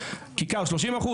כיכר 30%,